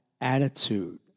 attitude